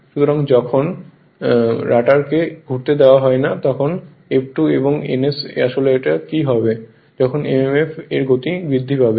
সুতরাং যখন রটারকে ঘুরতে দেয় না তাই এই F2 এবং ns এর আসলে কি ঘটবে যখন mmf এর গতি বৃদ্ধি পাবে